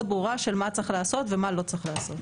ברורה של מה צריך לעשות ומה לא צריך לעשות.